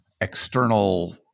external